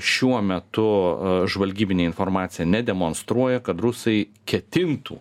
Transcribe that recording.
šiuo metu žvalgybinė informacija nedemonstruoja kad rusai ketintų